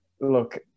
look